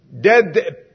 dead